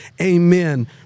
amen